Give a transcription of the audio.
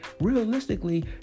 realistically